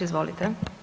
Izvolite.